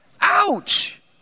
Ouch